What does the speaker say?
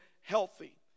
healthy